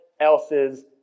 else's